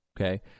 okay